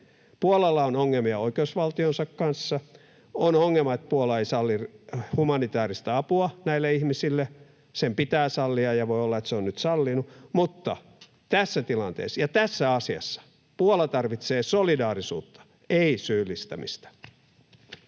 Puolalla on ongelmia oikeusvaltionsa kanssa, ja on ongelma, että Puola ei salli humanitääristä apua näille ihmisille — sen pitää sallia, ja voi olla että se on nyt sallinut — mutta tässä tilanteessa ja tässä asiassa Puola tarvitsee solidaarisuutta, ei syyllistämistä.